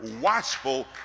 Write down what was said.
watchful